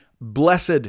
blessed